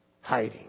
Hiding